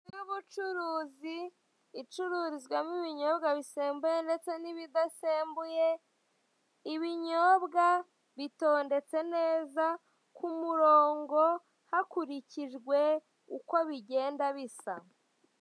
Inzu y'ubucuruzi icururizwamo ibinyobwa bisembuye ndetse n'ibidasembuye, ibinyobwa bitondetse neza ku murongo hakurikijwe uko bigenda bisa.